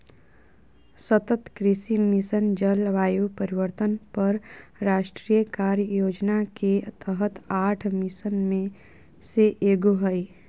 सतत कृषि मिशन, जलवायु परिवर्तन पर राष्ट्रीय कार्य योजना के तहत आठ मिशन में से एगो हइ